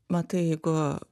matai jeigu